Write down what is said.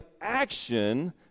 action